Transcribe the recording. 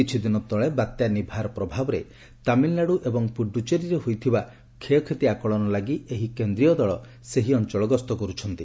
କିଛିଦିନ ତଳେ ବାତ୍ୟା ନିଭାର ପ୍ରଭାବରେ ତାମିଲ୍ନାଡୁ ଏବଂ ପୁଡୁଚେରୀରେ ହୋଇଥିବା କ୍ଷୟକ୍ଷତି ଆକଳନ ଲାଗି ଏହି କେନ୍ଦ୍ରୀୟ ଦଳ ସେହି ଅଞ୍ଚଳ କରୁଛନ୍ତି